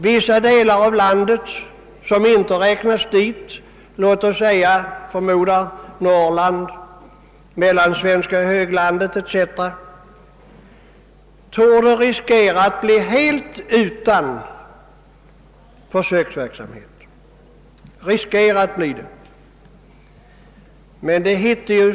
Vissa delar av landet som inte räknas dit, låt oss säga Norrland, det mellansvenska höglandet etc., torde riskera att bli helt utan försöksverksamhet.